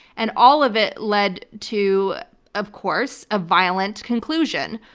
and all of it led to of course a violent conclusion,